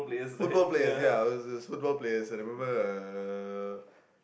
football players ya it was football players I remember uh